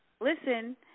listen